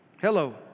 hello